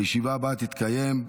הישיבה הבאה תתקיים,